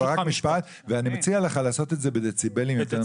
אבל רק משפט ואני מציע לך לעשות את זה בדציבלים יותר נמוכים.